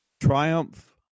triumph